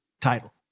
title